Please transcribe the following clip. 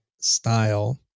style